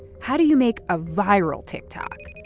how do you make a viral tiktok?